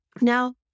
Now